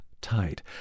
tight